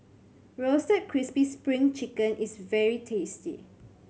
Roasted Crispy Spring Chicken is very tasty